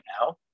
now